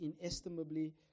inestimably